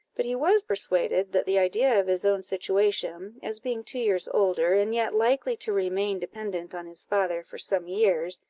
but he was persuaded that the idea of his own situation, as being two years older, and yet likely to remain dependent on his father for some years,